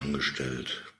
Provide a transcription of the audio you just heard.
angestellt